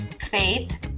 Faith